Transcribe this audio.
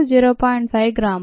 5 గ్రాములు